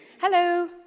Hello